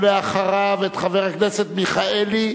חבר הכנסת מיכאלי,